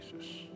Jesus